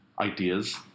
ideas